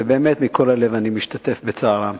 ובאמת מכל הלב אני משתתף בצערם.